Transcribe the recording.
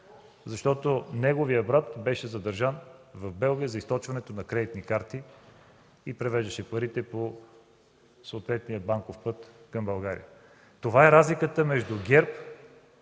защото неговият брат беше задържан в Белгия за източване на кредитни карти – превеждаше парите по съответния банков път към България. Това е разликата между ГЕРБ